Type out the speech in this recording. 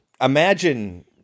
imagine